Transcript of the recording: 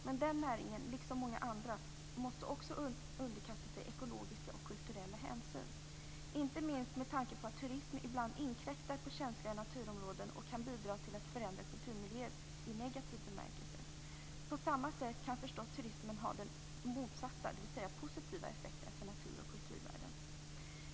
Men den näringen, liksom många andra, måste underkasta sig ekologiska och kulturella hänsyn - inte minst med tanke på att turismen ibland inkräktar på känsliga naturområden och kan bidra till att förändra kulturmiljöer i negativ bemärkelse. På samma sätt kan turismen ha den motsatta mer positiva effekten för natur och kulturvärden.